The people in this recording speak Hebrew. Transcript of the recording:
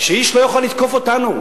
שאיש לא יכול לתקוף אותנו,